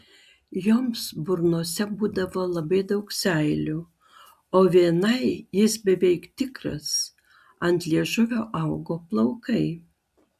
joms burnose būdavo labai daug seilių o vienai jis beveik tikras ant liežuvio augo plaukai